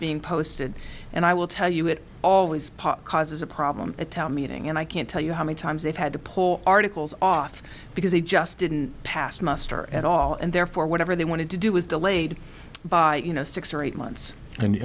being posted and i will tell you it always pop causes a problem a town meeting and i can't tell you how many times they've had to pull articles off because they just didn't pass muster at all and therefore whatever they wanted to do was delayed by you know six or eight months and